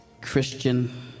Christian